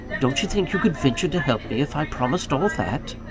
don't you think you could venture to help me, if i promised all that?